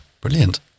Brilliant